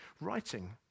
writing